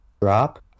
drop